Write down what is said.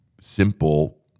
simple